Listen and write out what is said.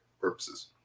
purposes